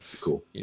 Cool